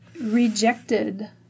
rejected